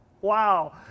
Wow